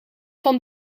van